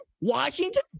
Washington